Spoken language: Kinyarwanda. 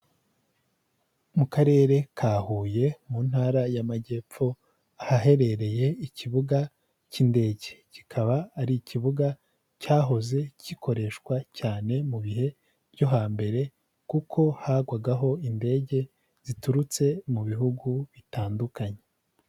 Mu karere ka Huye mu ntara y'Amajyepfo ahaherereye ikibuga cy'indege, kikaba ari ikibuga cyahoze gikoreshwa cyane mu bihe byo hambere kuko hagwagaho indege ziturutse mu bihugu bitandukanye.